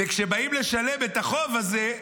וכשבאים לשלם את החוב הזה,